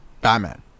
Batman